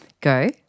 Go